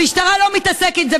המשטרה לא מתעסקת בזה.